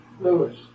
Lewis